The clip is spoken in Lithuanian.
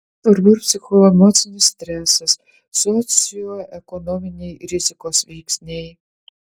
labai svarbu ir psichoemocinis stresas socioekonominiai rizikos veiksniai